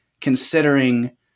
considering